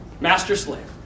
Master-slave